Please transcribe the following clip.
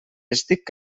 estic